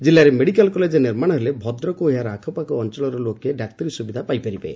ଜିଲ୍ଲାରେ medical college ନିର୍ମାଶ ହେଲେ ଭଦ୍ରକ ଓ ଏହାର ଆଖାପାଖ ଅଞ୍ଞଳର ଲୋକେ ଡାକ୍ତରୀ ସୁବିଧା ପାଇପ ପାରିବେ